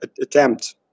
attempt